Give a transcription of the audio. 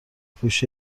پوش